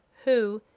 who,